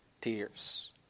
tears